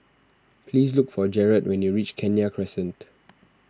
please look for Jerrad when you reach Kenya Crescent